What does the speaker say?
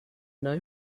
know